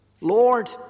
Lord